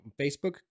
Facebook